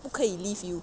不可以 leave you